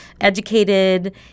educated